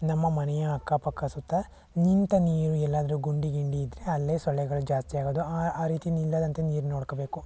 ನಮ್ಮ ಮನೆಯ ಅಕ್ಕ ಪಕ್ಕ ಸುತ್ತ ನಿಂತ ನೀರು ಎಲ್ಲಾದರೂ ಗುಂಡಿ ಗಿಂಡಿ ಇದ್ದರೆ ಅಲ್ಲೇ ಸೊಳ್ಳೆಗಳು ಜಾಸ್ತಿ ಆಗೋದು ಆ ರೀತಿ ನಿಲ್ಲದಂತೆ ನೀರು ನೋಡ್ಕೋಬೇಕು